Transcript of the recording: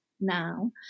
now